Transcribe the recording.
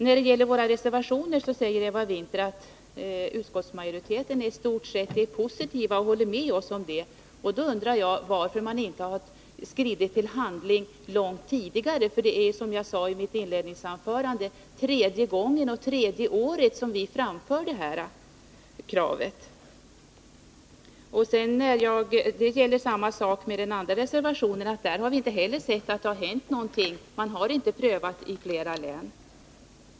När det gäller våra reservationer säger Eva Winther att utskottsmajoritetenistort är positiv och håller med oss. Då undrar jag varför man inte skridit till handling långt tidigare, för det är — som jag sade i mitt inledningsanförande — tredje gången och tredje året som vi framför kravet på försök med könskvotering. Samma sak gäller reservationen om vidgade försök med arbetsmarknadsutbildning för äldre arbetssökande. Där har det inte heller hänt någonting — man har inte prövat det i flera län.